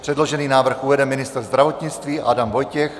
Předložený návrh uvede ministr zdravotnictví Adam Vojtěch.